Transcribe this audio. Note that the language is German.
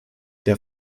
der